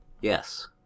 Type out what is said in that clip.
Yes